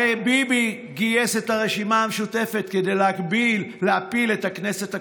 הרי ביבי גייס את הרשימה המשותפת כדי להפיל את הכנסת הקודמת.